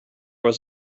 was